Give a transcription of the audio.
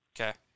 Okay